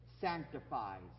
sanctifies